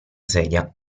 sedia